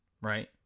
right